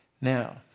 Now